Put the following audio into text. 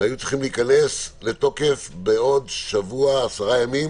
צריך להיכנס לתוקף בעוד שבוע, עשרה ימים